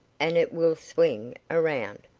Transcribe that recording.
and it will swing around.